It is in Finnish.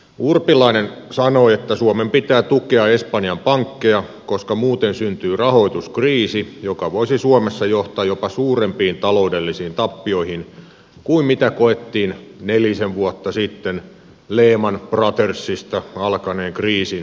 urpilainen sanoi että suomen pitää tukea espanjan pankkeja koska muuten syntyy rahoituskriisi joka voisi suomessa johtaa jopa suurempiin taloudellisiin tappioihin kuin mitä koettiin nelisen vuotta sitten lehman brothersista alkaneen kriisin myötä